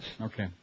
Okay